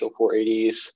480s